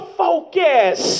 focus